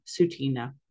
Sutina